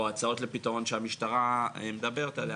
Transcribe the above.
לפתרון שהמשטרה מדברת עליהן,